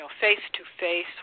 face-to-face